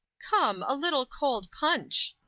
come, a little cold punch.